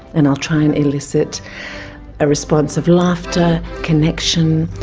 and i'll try and elicit a response of laughter, connection,